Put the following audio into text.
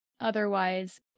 otherwise